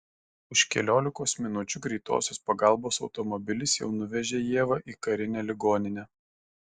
už keliolikos minučių greitosios pagalbos automobilis jau nuvežė ievą į karinę ligoninę